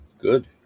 Good